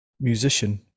musician